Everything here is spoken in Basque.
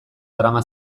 darama